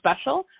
special